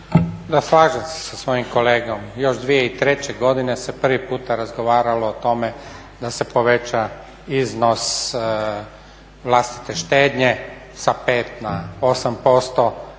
slažem se sa svojim kolegom. Još 2003. godine se prvi puta razgovaralo o tome da se poveća iznos vlastite štednje sa 5 na 8%,